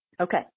Okay